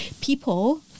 people